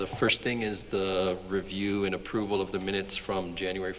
the first thing is the review and approval of the minutes from january